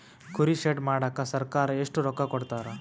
ಕುರಿ ಶೆಡ್ ಮಾಡಕ ಸರ್ಕಾರ ಎಷ್ಟು ರೊಕ್ಕ ಕೊಡ್ತಾರ?